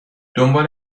دنبال